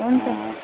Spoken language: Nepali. हुन्छ